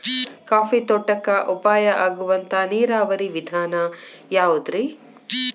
Coffee ತೋಟಕ್ಕ ಉಪಾಯ ಆಗುವಂತ ನೇರಾವರಿ ವಿಧಾನ ಯಾವುದ್ರೇ?